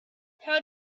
how